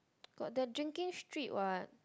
got that drinking street what